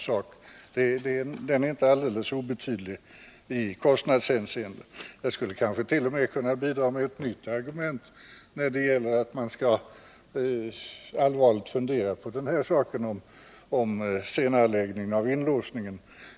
Saken är inte alldeles obetydlig i kostnadshänseende. Jag skulle kanske t.o.m. kunna bidra med ett nytt argument för att man allvarligt skall fundera på senareläggning av inlåsningen.